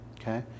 okay